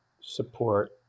support